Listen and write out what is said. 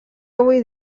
avui